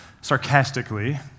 sarcastically